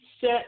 set